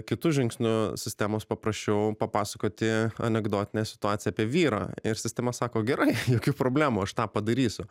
kitu žingsniu sistemos paprašiau papasakoti anekdotinę situaciją apie vyrą ir sistema sako gerai jokių problemų aš tą padarysiu